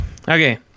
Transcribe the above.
Okay